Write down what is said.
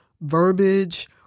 verbiage